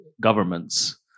governments